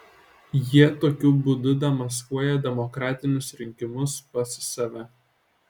jie tokiu būdu demaskuoja demokratinius rinkimus pas save